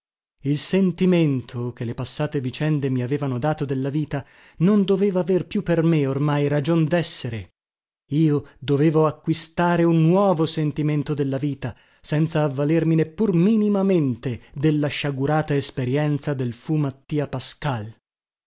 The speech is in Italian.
il sentimento che le passate vicende mi avevano dato della vita non doveva aver più per me ormai ragion dessere io dovevo acquistare un nuovo sentimento della vita senza avvalermi neppur minimamente della sciagurata esperienza del fu mattia pascal